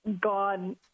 gone—